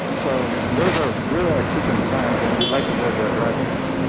um so those are really our two concerns and we'd like the board to address this.